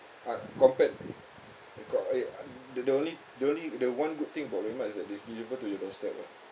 ah compared co~ uh um the the only the only the one good thing about redmart is that they it's delivered to your doorstep lah